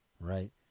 right